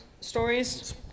stories